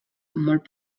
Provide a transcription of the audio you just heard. molt